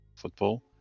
football